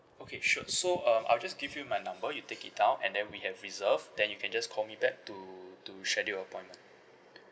okay sure so um I'll just give you my number you take it down and then we have reserved then you can just call me back to to schedule appointment